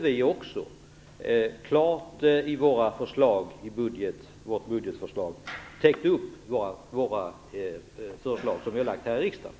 Vi hade vidare i vårt budgetförslag klar täckning för de förslag som vi har lagt fram här i riksdagen.